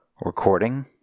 recording